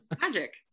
Magic